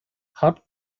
hat